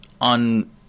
on